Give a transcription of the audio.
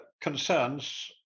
concerns